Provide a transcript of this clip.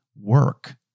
work